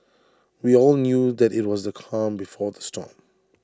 we all knew that IT was the calm before the storm